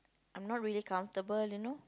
I'm not really comfortable you know